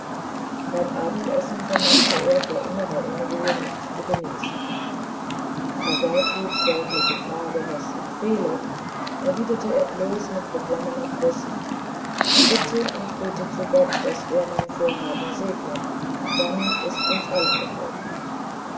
beim abendessen vermochte er vor innerer unruhe nichts zu genießen auf frau gertruds sorgliche fragen was ihm fehle erwiderte er bloß mit beklommener brust bitte und bete zu gott daß er mein vorhaben segnet dann ist uns allen geholfen